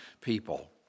people